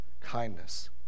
kindness